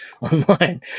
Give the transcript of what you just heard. online